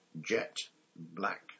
jet-black